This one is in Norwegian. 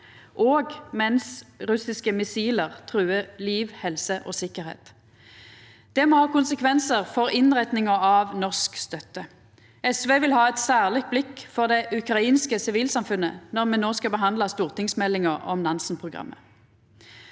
òg mens russiske missil truar liv, helse og sikkerheit. Det må ha konsekvensar for innretninga av norsk støtte. SV vil ha eit særleg blikk for det ukrainske sivilsamfunnet når me no skal behandla stortingsmeldinga om Nansen-programmet.